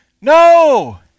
No